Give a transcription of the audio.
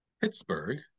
Pittsburgh